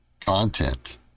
content